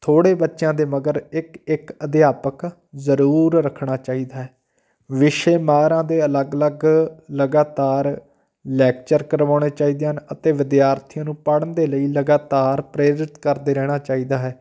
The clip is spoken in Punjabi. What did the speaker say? ਥੋੜ੍ਹੇ ਬੱਚਿਆਂ ਦੇ ਮਗਰ ਇੱਕ ਇੱਕ ਅਧਿਆਪਕ ਜ਼ਰੂਰ ਰੱਖਣਾ ਚਾਹੀਦਾ ਹੈ ਵਿਸ਼ੇ ਮਾਹਿਰਾਂ ਦੇ ਅਲੱਗ ਅਲੱਗ ਲਗਾਤਾਰ ਲੈਕਚਰ ਕਰਵਾਉਣੇ ਚਾਹੀਦੇ ਹਨ ਅਤੇ ਵਿਦਿਆਰਥੀਆਂ ਨੂੰ ਪੜ੍ਹਨ ਦੇ ਲਈ ਲਗਾਤਾਰ ਪ੍ਰੇਰਿਤ ਕਰਦੇ ਰਹਿਣਾ ਚਾਹੀਦਾ ਹੈ